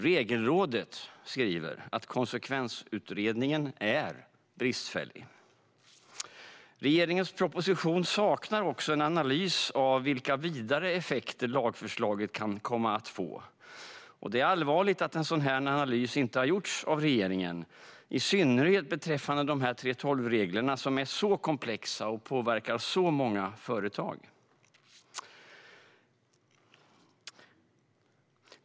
Regelrådet skriver att konsekvensutredningen är bristfällig. Regeringens proposition saknar också en analys av vilka vidare effekter lagförslaget kan komma att få. Det är allvarligt att en sådan analys inte har gjorts av regeringen, i synnerhet beträffande 3:12-reglerna, som är komplexa och påverkar många företag.